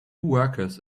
workers